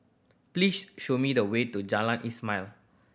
please show me the way to Jalan Ismail